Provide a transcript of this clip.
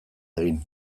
egin